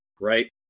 right